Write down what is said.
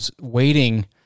waiting